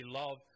love